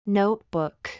notebook